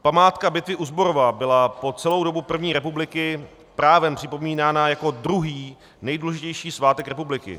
Památka bitvy u Zborova byla po celou dobu první republiky právem připomínána jako druhý nejdůležitější svátek republiky.